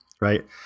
right